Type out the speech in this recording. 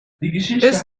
ist